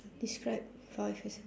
describe five years